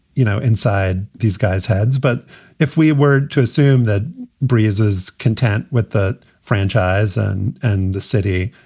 you know, inside these guys heads. but if we were to assume that breezes content with the franchise and and the city,